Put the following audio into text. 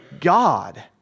God